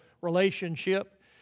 relationship